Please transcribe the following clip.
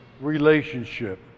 relationship